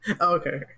Okay